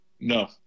No